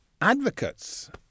advocates